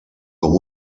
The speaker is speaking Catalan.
com